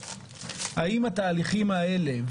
האם התהליכים האלה,